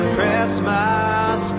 Christmas